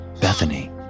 Bethany